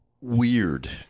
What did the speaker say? weird